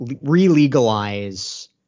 re-legalize